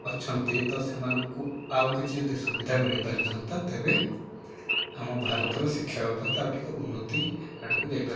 ଅଛନ୍ତି ତ ସେମାନଙ୍କୁ ଆଉ କିଛି ଯଦି ସୁବିଧା ମିଳିପାରିଥାନ୍ତା ତେବେ ଆମ ଭାରତର ଶିକ୍ଷା ବ୍ୟବସ୍ଥା ଆଉ ଟିକେ ଉନ୍ନତି ଆଡ଼କୁ ଯାଇପାରିବ